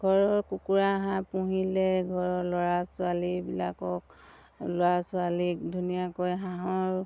ঘৰৰ কুকুৰা হাঁহ পুহিলে ঘৰৰ ল'ৰা ছোৱালীবিলাকক ল'ৰা ছোৱালীক ধুনীয়াকৈ হাঁহৰ